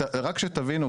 רק שתבינו,